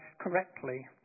correctly